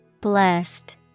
Blessed